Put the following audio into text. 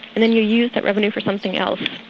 and then you use that revenue for something else,